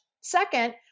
Second